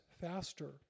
faster